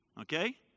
Okay